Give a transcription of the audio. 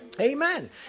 Amen